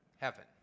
heaven